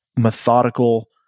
methodical